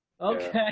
Okay